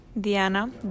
Diana